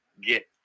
get